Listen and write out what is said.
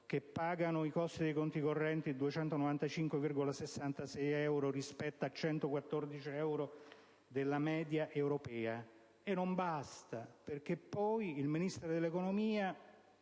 che pagano i costi dei conti correnti (295,66 euro, rispetto ai 114 euro della media europea). E non basta, perché poi il Ministro dell'economia